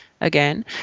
again